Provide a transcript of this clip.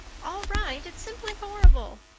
all right! it's simply horrible.